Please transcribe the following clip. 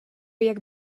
jak